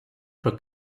про